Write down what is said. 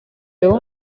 του